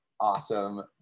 awesome